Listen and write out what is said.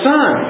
Son